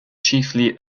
chiefly